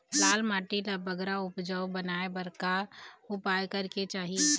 लाल माटी ला बगरा उपजाऊ बनाए बर का उपाय करेक चाही?